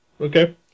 Okay